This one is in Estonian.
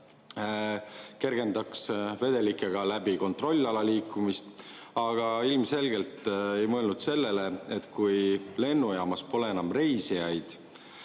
kergendaks vedelikega läbi kontrollala liikumist. Aga ilmselgelt ei mõelnud te sellele, et kui lennujaamas pole enam reisijaid